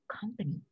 company